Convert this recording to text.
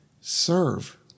serve